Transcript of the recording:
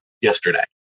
yesterday